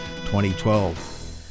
2012